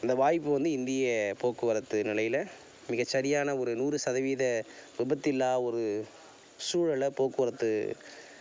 அந்த வாய்ப்பு வந்து இந்திய போக்குவரத்து நிலையில் மிக சரியான ஒரு நூறு சதவீத விபத்தில்லா ஒரு சூழலை போக்குவரத்து